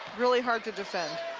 really hard to defend.